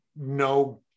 no